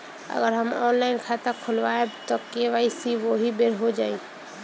अगर हम ऑनलाइन खाता खोलबायेम त के.वाइ.सी ओहि बेर हो जाई